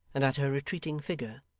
and at her retreating figure,